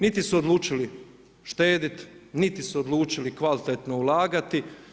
Niti su odlučili štedit, niti su odlučili kvalitetno ulagati.